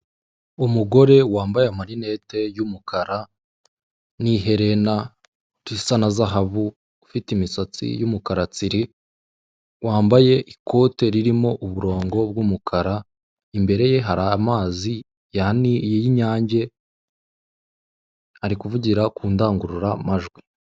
Umugore wambaye marinete y'umukara n'iherena risa nka zahabu, ufite imisatsi y'umukara tsiri, wambaye ikote ririmo uburongo bw'umukara. Imbere ye hari amazi y'inyange, ari kuvugira ku ndangururamajwi.